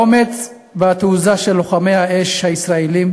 האומץ והתעוזה של לוחמי האש הישראלים